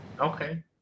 Okay